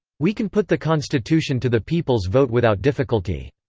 we can put the constitution to the people's vote without difficulty.